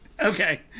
Okay